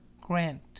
Grant